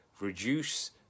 reduce